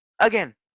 again